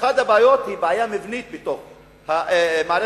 אחת הבעיות היא בעיה מבנית בתוך מערכת